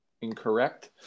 Incorrect